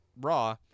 Raw